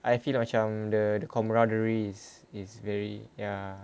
I feel macam the camaraderie is is very ya